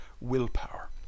willpower